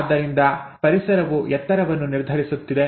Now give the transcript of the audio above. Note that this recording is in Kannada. ಆದ್ದರಿಂದ ಪರಿಸರವು ಎತ್ತರವನ್ನು ನಿರ್ಧರಿಸುತ್ತಿದೆ